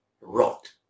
Rot